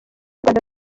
rwanda